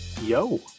Yo